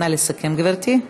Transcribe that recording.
נא לסכם, גברתי.